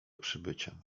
przybyciem